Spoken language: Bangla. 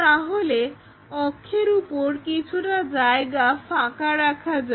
তাহলে অক্ষের উপর কিছুটা জায়গা ফাঁকা রাখা যাক